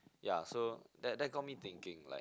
ya so that that got me thinking like